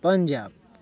Punjab